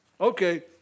Okay